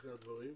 אחרי הדברים.